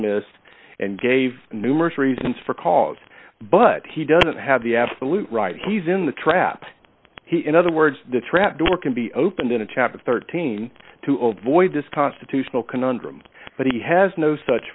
dismiss and gave numerous reasons for cause but he doesn't have the absolute right he's in the trap he in other words the trap door can be opened in a chapter thirteen to avoid this constitutional conundrum but he has no such